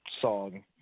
song